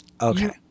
Okay